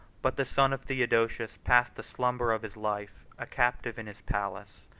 but the son of theodosius passed the slumber of his life, a captive in his palace,